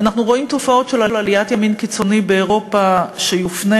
אנחנו רואים תופעות של עליית ימין קיצוני באירופה שפונה,